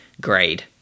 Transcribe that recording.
grade